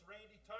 Randy